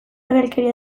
ergelkeria